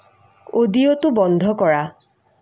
অডিঅ'টো বন্ধ কৰা